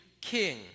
king